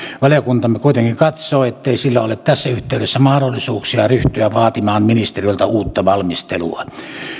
valiokuntamme kuitenkin katsoi ettei sillä ole tässä yhteydessä mahdollisuuksia ryhtyä vaatimaan ministeriöltä uutta valmistelua